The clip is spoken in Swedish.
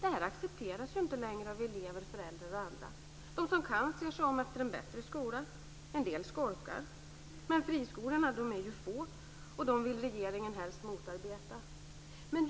Det här accepteras inte längre av elever, föräldrar och andra. De som kan ser sig om efter en bättre skola, en del skolkar. Men friskolorna är få och dem vill regeringen helst motarbeta.